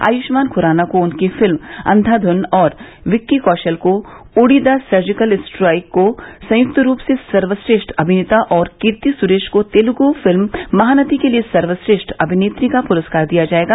आयुष्मान खुराना को उनकी फिल्म अंधाध्न और विक्की कौशल को उड़ी द सर्जीकल स्ट्राइक को संयुक्त रूप से सर्वश्रेष्ठ अभिनेता और कीर्ति सुरेश को तेलुगु फिल्म महानती के लिए सर्वश्रेष्ठ अभिनेत्री का पुरस्कार दिया जाएगा